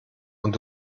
und